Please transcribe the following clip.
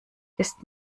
ist